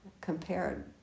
compared